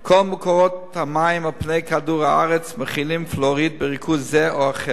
כל מקורות המים על-פני כדור-הארץ מכילים פלואוריד בריכוז זה או אחר.